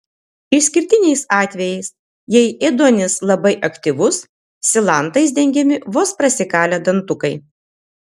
išskirtiniais atvejais jei ėduonis labai aktyvus silantais dengiami vos prasikalę dantukai